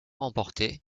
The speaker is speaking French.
remporté